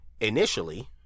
initially